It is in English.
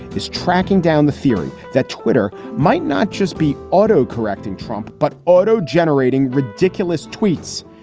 is tracking down the theory that twitter might not just be auto correcting trump, but auto generating ridiculous tweets.